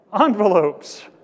envelopes